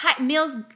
meals